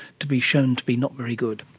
to be shown to be not very good?